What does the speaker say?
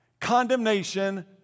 condemnation